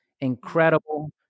Incredible